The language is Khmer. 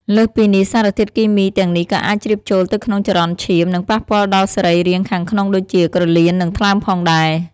លើសពីនេះ សារធាតុគីមីទាំងនេះក៏អាចជ្រាបចូលទៅក្នុងចរន្តឈាម និងប៉ះពាល់ដល់សរីរាង្គខាងក្នុងដូចជា ក្រលៀន និងថ្លើមផងដែរ។